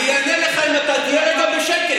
אני אענה לך אם תהיה רגע בשקט.